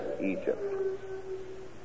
Egypt